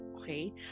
Okay